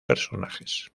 personajes